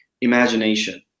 imagination